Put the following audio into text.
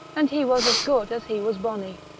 and he was as good as he was bonny.